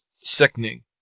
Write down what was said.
sickening